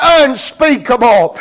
unspeakable